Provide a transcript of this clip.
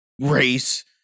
race